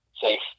safe